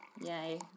Yay